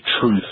truth